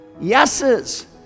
yeses